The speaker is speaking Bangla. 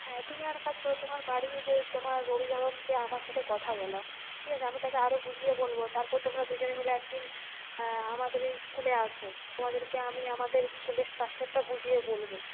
হ্যাঁ তুমি কাজ করো তোমার বাড়ির তোমার অভিভাবককে আমার সাথে কথা বলাও ঠিক আছে আমি তাকে আরও বুঝিয়ে বলব তারপর তোমরা দুজনে মিলে একদিন আমাদের এই স্কুলে এসো তোমাদেরকে আমি আমাদের স্কুলের স্ট্রাকচারটাও বুঝিয়ে বলব